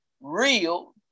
Real